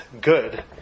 good